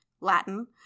latin